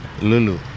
Lulu